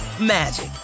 magic